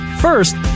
First